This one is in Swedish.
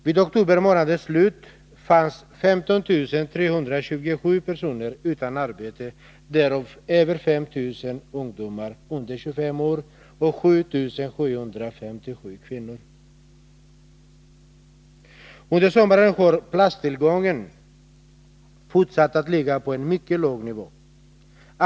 Vid oktober månads slut fanns det 15 327 personer utan arbete, därav över 5000 ungdomar under 25 år och 7757 kvinnor. Under sommaren har platstillgången fortsatt att ligga på en mycket låg nivå.